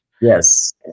Yes